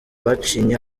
bacinye